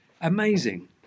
amazing